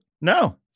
No